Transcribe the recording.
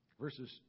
verses